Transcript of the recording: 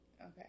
Okay